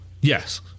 Yes